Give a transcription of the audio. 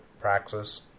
praxis